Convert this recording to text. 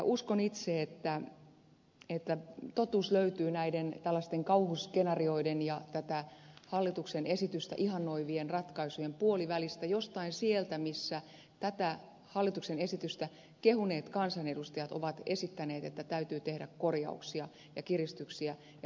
uskon itse että totuus löytyy tällaisten kauhuskenaarioiden ja hallituksen esitystä ihannoivien ratkaisujen puolivälistä jostain sieltä missä tätä hallituksen esitystä kehuneet kansanedustajat ovat esittäneet että täytyy tehdä korjauksia ja kiristyksiä ja määritelmiä